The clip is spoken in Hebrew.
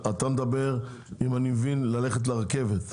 אתה מדבר אם אני מבין ללכת לרכבת?